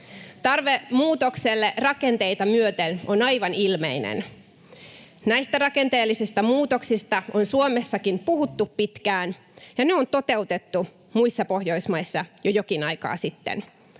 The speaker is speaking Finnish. Tarve muutokselle rakenteita myöten on aivan ilmeinen. Näistä rakenteellisista muutoksista on Suomessakin puhuttu pitkään, ja ne on toteutettu muissa Pohjoismaissa jo jokin aikaa sitten.